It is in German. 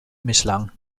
misslang